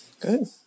good